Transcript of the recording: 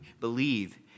believe